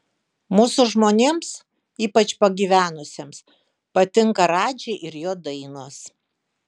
mūsų žmonėms ypač pagyvenusiems patinka radži ir jo dainos